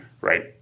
Right